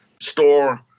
store